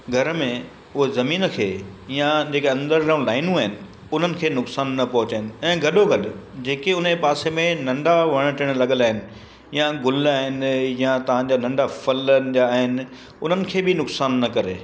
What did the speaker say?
घर में उहे ज़मीन खे या जेका अंदरि सभु लाइनूं आहिनि उन्हनि खे नुक़सान न पहुचाइनि ऐं गॾो गॾु जेके उन जे पासे में नंढा वण टिण लॻियलु आहिनि या गुल आहिनि या तव्हांजा नंढा फलनि जा आहिनि उन्हनि खे बि नुक़सान न करे